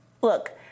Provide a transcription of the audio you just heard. Look